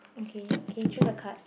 okay okay choose the card